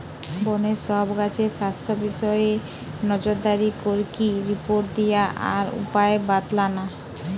বনের সব গাছের স্বাস্থ্য বিষয়ে নজরদারি করিকি রিপোর্ট দিয়া আর উপায় বাৎলানা